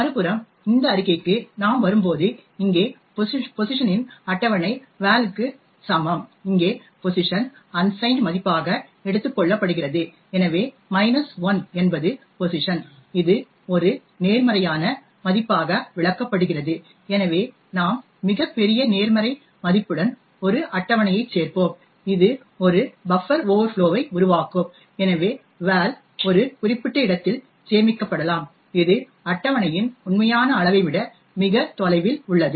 மறுபுறம் இந்த அறிக்கைக்கு நாம் வரும்போது இங்கே pos இன் அட்டவணை val க்கு சமம் இங்கே pos அன்சைன்ட் மதிப்பாக எடுத்துக் கொள்ளப்படுகிறது எனவே 1 என்பது pos இது ஒரு நேர்மறையான மதிப்பாக விளக்கப்படுகிறது எனவே நாம் மிகப் பெரிய நேர்மறை மதிப்புடன் ஒரு அட்டவணையைச் சேர்ப்போம் இது ஒரு பஃப்பர் ஓவர்ஃப்ளோ ஐ உருவாக்கும் எனவே val ஒரு குறிப்பிட்ட இடத்தில் சேமிக்கப்படலாம் இது அட்டவணையின் உண்மையான அளவை விட மிக தொலைவில் உள்ளது